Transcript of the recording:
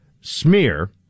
smear